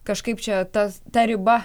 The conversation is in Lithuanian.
kažkaip čia tas ta riba